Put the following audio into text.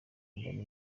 nkumva